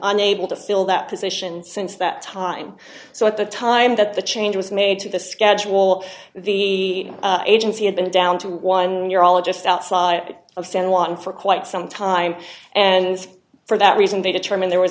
unable to fill that position since that time so at the time that the change was made to the schedule the agency had been down to one year all just outside of san juan for quite some time and for that reason they determined there